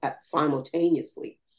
simultaneously